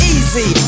Easy